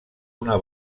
una